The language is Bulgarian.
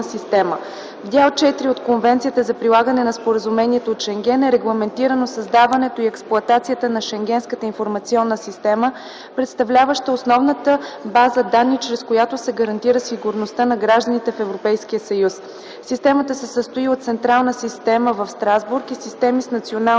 система. В Дял IV от Конвенцията за прилагане на Споразумението от Шенген е регламентирано създаването и експлоатацията на Шенгенската информационна система, представляваща основната база данни, чрез която се гарантира сигурността на гражданите в Европейския съюз. Системата се състои от централна система в Страсбург и системи с национални